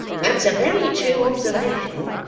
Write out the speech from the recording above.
that's a very true observation,